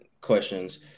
questions